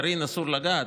בגרעין אסור לגעת,